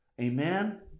amen